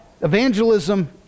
Evangelism